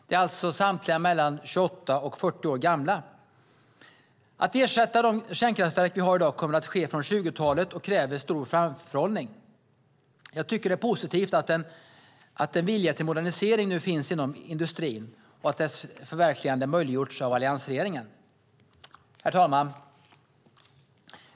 De är alltså samtliga mellan 28 och 40 år gamla. Att ersätta de kärnkraftverk vi har i dag kommer att ske från 2020-talet och kräver stor framförhållning. Jag tycker att det är positivt att en vilja till modernisering nu finns inom industrin och att dess förverkligande möjliggjorts av Alliansregeringen. Herr talman!